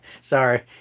Sorry